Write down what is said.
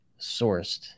sourced